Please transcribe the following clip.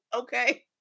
okay